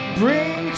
bring